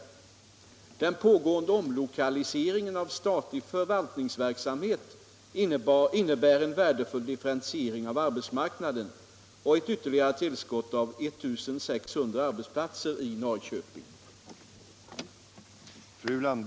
13 november 1975 Den pågående omlokaliseringen av statlig förvaltningsverksamhet in= = nebär en värdefull differentiering av arbetsmarknaden och ett ytterligare — Om åtgärder för att